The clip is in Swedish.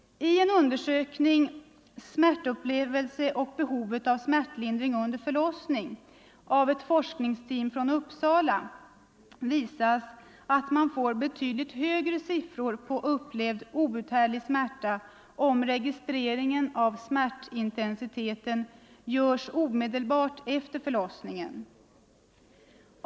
I undersökningen ”Smärtupplevelse och behovet av smärtlindring under förlossning” av ett forskningsteam från Uppsala — Fällman, Kebbon, Zador — och Nilsson visas att man får betydligt högre siffror på upplevd outhärdlig smärta om registreringen av smärtintensiteten görs omedelbart efter förlossningen.